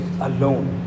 alone